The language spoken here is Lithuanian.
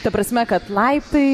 ta prasme kad laiptai